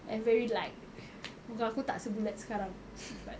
and very like muka aku tak sebulat sekarang but